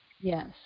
Yes